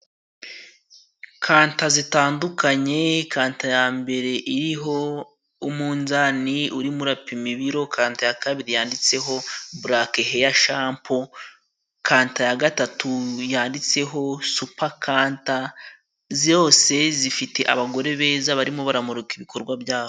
Kanta zitandukanye, kanta ya mbere iriho umunzani urimo urapima ibiro, kanta ya kabiri yanditseho "blake heya shampo", kanta ya gatatu yanditseho "supa kanta", zose zifite abagore beza barimo baramurika ibikorwa byabo.